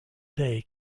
day